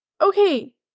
okay